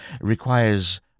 requires